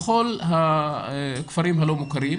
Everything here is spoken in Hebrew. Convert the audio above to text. בכל הכפרים הלא מוכרים,